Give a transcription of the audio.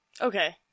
Okay